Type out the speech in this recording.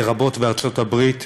לרבות בארצות-הברית,